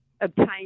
obtain